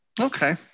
Okay